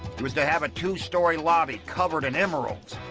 it was to have a two-storey lobby covered in emeralds,